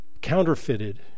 Counterfeited